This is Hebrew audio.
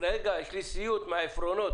לתקופות נוספות של שנה או חמש שנים,